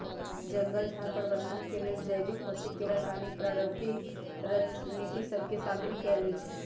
जंगल झार प्रबंधन के लेल जैविक, भौतिक, रासायनिक, पारंपरिक रणनीति सभ के शामिल कएल जाइ छइ